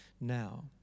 now